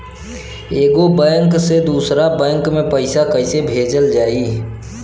एगो बैक से दूसरा बैक मे पैसा कइसे भेजल जाई?